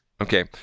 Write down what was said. Okay